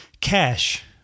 cash